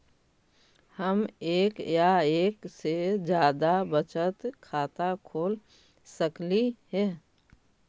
हम एक या एक से जादा बचत खाता खोल सकली हे?